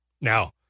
Now